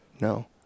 no